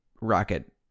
rocket